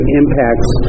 impacts